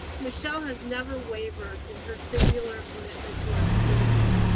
michelle has never wavered in her singular commitment to our students.